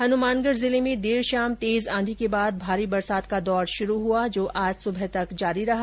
हनुमानगढ़ जिले में देर शाम तेज आंधी के बाद भारी बरसात का दौर शुरू हुआ जो आज सुबह तक जारी रहा